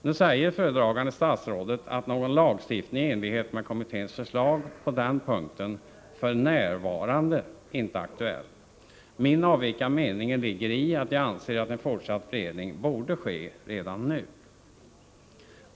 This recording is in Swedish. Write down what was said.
Nu säger föredragande statsrådet att någon lagstiftning i enlighet med kommitténs förslag på den punkten för närvarande inte är aktuell. Min avvikande mening består i att jag anser att en fortsatt beredning borde ske redan nu.